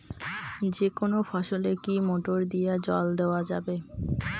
যেকোনো ফসলে কি মোটর দিয়া জল দেওয়া যাবে?